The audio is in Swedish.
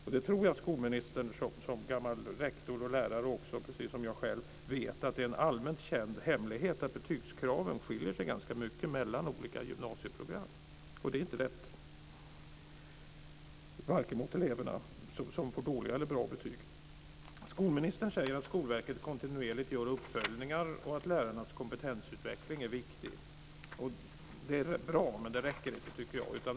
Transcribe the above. Jag tror att skolministern som gammal rektor och lärare, precis som jag själv, vet att det är en allmänt känd hemlighet att betygskraven skiljer sig ganska mycket mellan olika gymnasieprogram. Det är inte rätt, varken mot de elever som får dåliga eller de som får bra betyg. Skolministern säger att Skolverket kontinuerligt gör uppföljningar och att lärarnas kompetensutveckling är viktig. Det är bra, men det räcker inte.